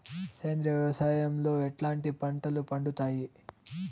సేంద్రియ వ్యవసాయం లో ఎట్లాంటి పంటలు పండుతాయి